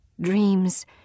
dreams